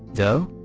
though?